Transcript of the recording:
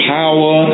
power